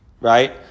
right